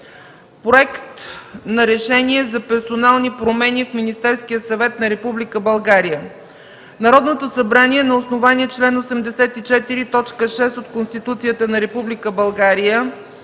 „Проект! РЕШЕНИЕ за персонални промени в Министерския съвет на Република България Народното събрание на основание чл. 84, т. 6 от Конституцията на Република България